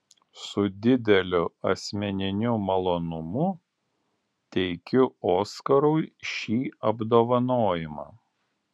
su dideliu asmeniniu malonumu teikiu oskarui šį apdovanojimą